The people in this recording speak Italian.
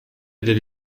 del